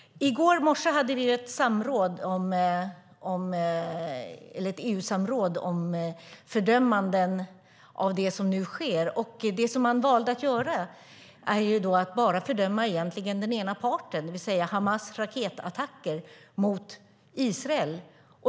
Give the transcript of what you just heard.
I går morse hade vi ett EU-samråd om fördömanden av det som nu sker. Det som man valde att göra var egentligen att fördöma bara den ena parten, det vill säga Hamas och dess raketattacker mot Israel.